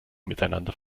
miteinander